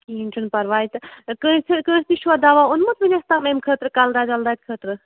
کِہیٖنۍ چھُنہٕ پَرواے تہٕ کٲنٛسہِ کٲنٛسہِ نِش چھُوا دوا اوٚنمُت وُنیُس تام اَمہِ خٲطرٕ کَلہٕ دادِ وَلہٕ دادٕ خٲطرٕ